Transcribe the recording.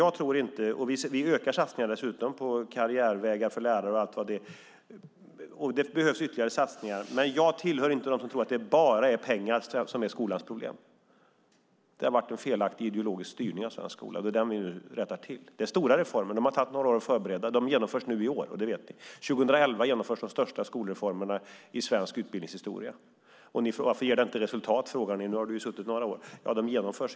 Vi ökar dessutom satsningar på karriärvägar för lärare, och det behövs ytterligare satsningar. Jag hör inte till dem som tror att det bara är pengar som är skolans problem. Det har varit en felaktig ideologisk styrning av svensk skola, och det vill vi rätta till. Det är stora reformer som har tagit några år att förebereda. De genomförs i år, vilket ni vet. År 2011 genomförs de största skolreformerna i svensk utbildningshistoria. Varför ger det inte resultat, frågar ni. Du har ju suttit några år, Jan Björklund.